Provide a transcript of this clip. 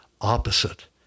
opposite